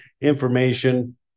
information